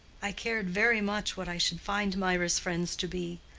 i cared very much what i should find mirah's friends to be.